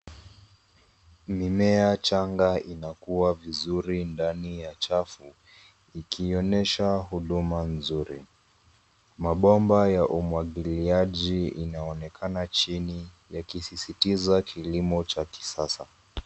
Mimea changa inakua vizuri ndani ya chafu, ikionyesha huduma nzuri. Mabomba ya umwagiliaji inaonekana chini yakisisitiza kilimo cha kisasa.